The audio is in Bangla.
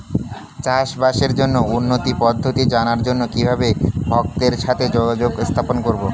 চাষবাসের জন্য উন্নতি পদ্ধতি জানার জন্য কিভাবে ভক্তের সাথে যোগাযোগ স্থাপন করব?